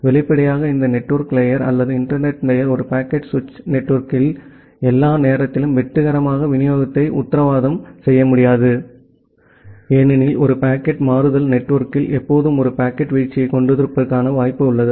வெளிப்படையாக இந்த network layer அல்லது இன்டர்நெட் லேயர் ஒரு பாக்கெட் சுவிட்ச் நெட்வொர்க்கில் எல்லா நேரத்திலும் வெற்றிகரமான விநியோகத்தை உத்தரவாதம் செய்ய முடியாது ஏனெனில் ஒரு பாக்கெட் மாறுதல் நெட்வொர்க்கில் எப்போதும் ஒரு பாக்கெட் வீழ்ச்சியைக் கொண்டிருப்பதற்கான வாய்ப்பு உள்ளது